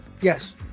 Yes